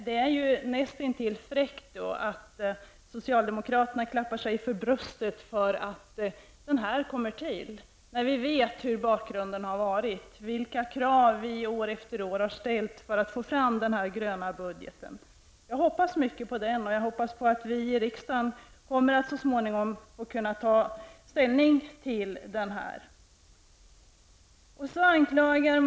Det är näst intill fräckt att socialdemokraterna slår sig för bröstet över att den gröna budgeten kommer till, när vi vet hur bakgrunden ser ut och vilka krav som vi år efter år har ställt för att få fram den gröna budgeten. Jag hoppas mycket av den och på att vi i riksdagen så småningom kommer att kunna ta ställning till denna budget.